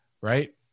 right